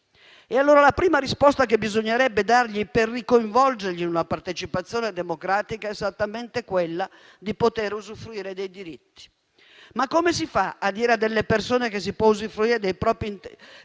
Allora la prima risposta che bisognerebbe dare loro per ricoinvolgerli in una partecipazione democratica è esattamente quella di poter usufruire dei diritti. Ma come si fa a dire a delle persone che si può usufruire dei propri diritti,